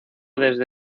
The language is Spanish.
desde